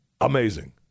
amazing